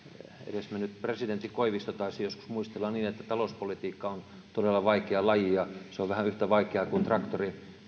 edesmennyt presidentti koivisto taisi joskus muistella niin että talouspolitiikka on todella vaikea laji ja se on vähän yhtä vaikeaa kuin traktorin